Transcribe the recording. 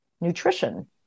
nutrition